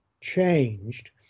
changed